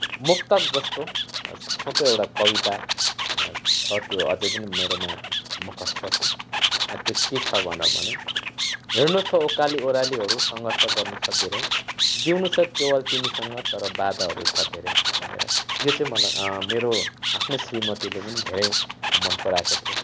मुक्तक जस्तो छोटो एउटा कविता छ त्यो अझै पनि मेरोमा मुखस्थ छन् र त्यो के छ भनौँ भने हिँड्नु छ उकाली ओह्रालीहरू सङ्घर्ष गर्नु छ धेरै जीउनु छ केवल तिमीसँग तर बाधाँहरू छ धेरै भनेर यो चाहिँ मलाई मेरो आफ्नै श्रीमतीले पनि धेरै मन पराएको थियो